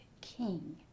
king